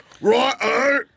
Right